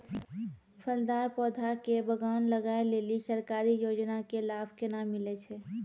फलदार पौधा के बगान लगाय लेली सरकारी योजना के लाभ केना मिलै छै?